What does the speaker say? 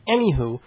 Anywho